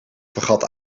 vergat